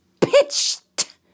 pitched